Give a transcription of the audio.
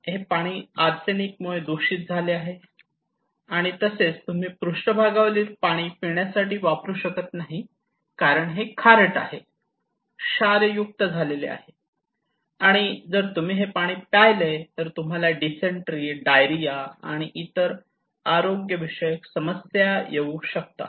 कारण हे आर्सेनिक मुळे दूषित झालेले आहे आणि तसेच तुम्ही पृष्ठभागावरील पाणी पिण्यासाठी वापरू शकत नाही कारण हे खारट आहे क्षार युक्त झालेले आहे आणि जर तुम्ही हे पाणी प्यायले तर तुम्हाला डिसेंट्री डायरिया आणि इतर आरोग्यविषयक समस्या येऊ शकतात